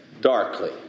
darkly